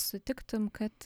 sutiktum kad